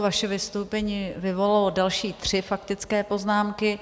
Vaše vystoupení vyvolalo další tři faktické poznámky.